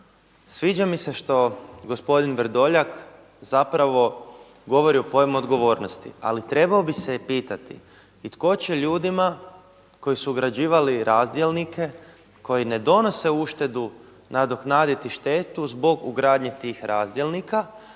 Sviđa mi se što gospodin Vrdoljak zapravo govori o pojmu odgovornosti. Ali trebao bi se pitati i tko će ljudima koji su ugrađivali razdjelnike koji ne donose uštedu nadoknaditi štetu zbog ugradnje tih razdjelnika,